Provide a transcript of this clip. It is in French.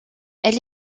elle